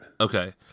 Okay